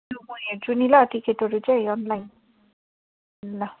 ल म हेर्छु नि ल टिकटहरू चाहिँ अनलाइन ल